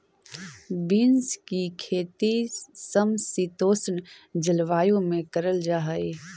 beans की खेती समशीतोष्ण जलवायु में करल जा हई